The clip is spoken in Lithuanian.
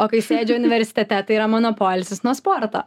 o kai sėdžiu universitete tai yra mano poilsis nuo sporto